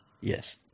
Yes